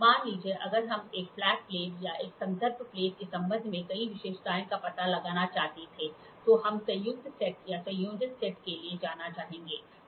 मान लीजिए अगर हम एक फ्लैट प्लेट या एक संदर्भ प्लेन के संबंध में कई विशेषताओं का पता लगाना चाहते थे तो हम संयुक्त सेट या संयोजन सेट के लिए जाना चाहेंगे